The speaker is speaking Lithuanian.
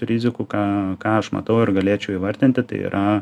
rizikų ką ką aš matau ir galėčiau įvardinti tai yra